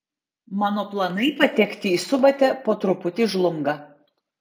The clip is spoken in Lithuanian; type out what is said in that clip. mano planai patekti į subatę po truputį žlunga